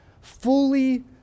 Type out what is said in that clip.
fully